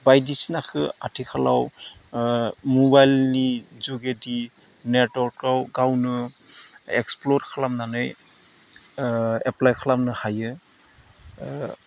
बायदिसिनाखौ आथिखालाव मबाइलनि जुगेदि नेटवर्कआव गावनो एक्सप्ल'र खालामनानै एप्लाय खालामनो हायो